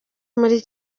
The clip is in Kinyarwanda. muri